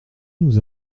nous